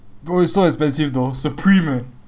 bro it's so expensive though supreme eh